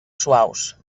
suaus